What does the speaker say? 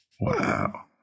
Wow